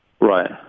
Right